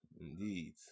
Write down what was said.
Indeed